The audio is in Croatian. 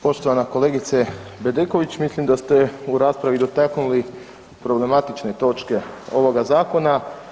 Poštovana kolegice Bedeković mislim da ste u raspravi dotaknuli problematične točke ovoga zakona.